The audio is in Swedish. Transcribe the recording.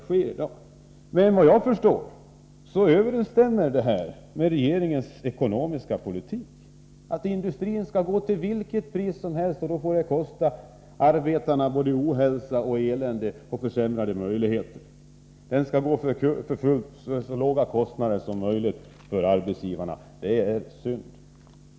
Såvitt jag förstår överensstämmer det emellertid med regeringens ekonomiska politik att industrin, till vilket pris som helst — det får medföra såväl ohälsa som elände och försämrade möjligheter för arbetarna — är i full gång, till så låga kostnader som möjligt för arbetsgivarna. Det är synd!